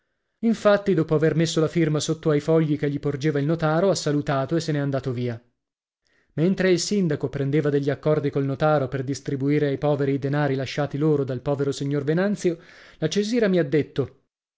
infatti dopo aver messo la firma sotto ai fogli che gli porgeva il notaro ha salutato e se n'è andato via mentre il sindaco prendeva degli accordi col notaro per distribuire ai poveri i denari lasciati loro dal povero signor venanzio la cesira mi ha detto